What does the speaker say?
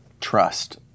trust